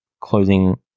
closing